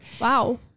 Wow